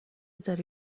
داری